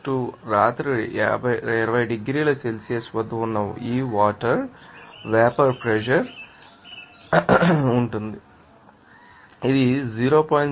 042 రాత్రి 20 డిగ్రీల సెల్సియస్ వద్ద ఉన్న ఈ వాటర్ వేపర్ ప్రెషర్ వేధిస్తుంది